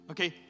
Okay